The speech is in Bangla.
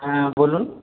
হ্যাঁ বলুন